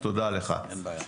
אין בעיה.